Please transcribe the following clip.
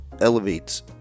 elevates